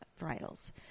varietals